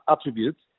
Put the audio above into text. attributes